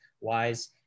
wise